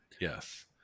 yes